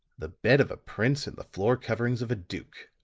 the bed of a prince and the floor coverings of a duke,